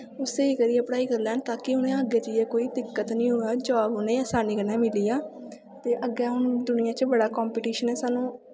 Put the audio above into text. ओह् स्हेई करियै पढ़ाई करी लैन ताकि उ'नें अग्गै जाइयै कोई दिक्कत निं होऐ जॉब उ'नेंगी असानी कन्नै मिली जा ते अग्गैं हून दुनियां च बड़ा कंपिटिशन ऐ सानूं